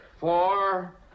Four